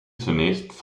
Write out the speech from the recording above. zunächst